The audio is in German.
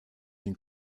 den